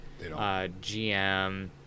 GM